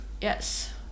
Yes